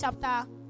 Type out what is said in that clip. chapter